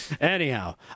anyhow